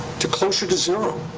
to closer to zero.